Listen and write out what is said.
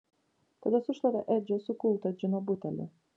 tada sušlavė edžio sukultą džino butelį